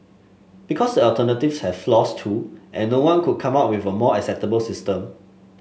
because the alternatives have flaws too and no one could come up with a more acceptable system